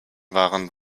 waren